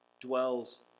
dwells